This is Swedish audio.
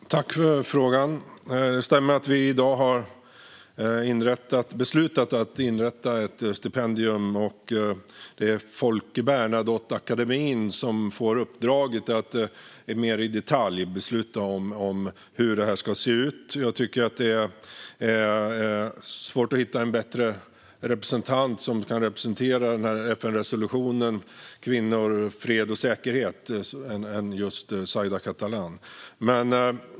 Fru talman! Tack för frågan! Det stämmer att vi i dag har beslutat att inrätta ett stipendium. Det är Folke Bernadotteakademin som får uppdraget att mer i detalj besluta hur det ska se ut. Det är svårt att hitta en bättre representant för FN-resolutionen om kvinnor, fred och säkerhet än just Zaida Catalán.